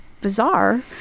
bizarre